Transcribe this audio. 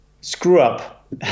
screw-up